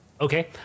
Okay